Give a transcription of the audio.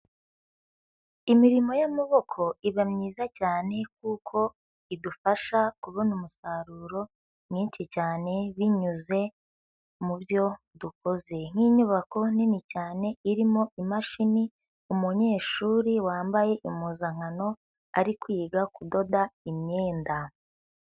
Imirimo y'amaboko iba myiza cyane kuko idufasha kubona umusaruro mwinshi cyane binyuze mu byo dukoze. Nk'inyubako nini cyane irimo imashini, umunyeshuri wambaye impuzankano, ari kwiga kudoda imyenda.